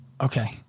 okay